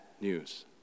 news